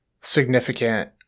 significant